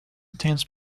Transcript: intense